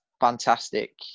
fantastic